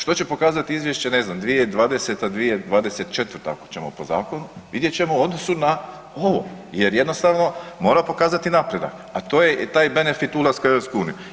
Što će pokazati izvješće, ne znam 2020.-, 2024. ako ćemo po zakonu, vidjet ćemo u odnosu na ovo jer jednostavno mora pokazati napredak, a to je taj benfit ulaska u EU.